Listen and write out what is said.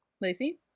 Lacey